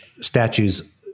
statues